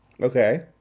Okay